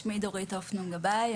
שמי דורית הופנונג גבאי,